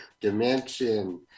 dimension